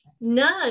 none